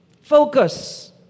Focus